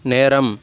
நேரம்